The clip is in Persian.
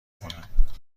کنم